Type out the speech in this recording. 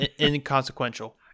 inconsequential